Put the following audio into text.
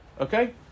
Okay